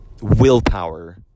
willpower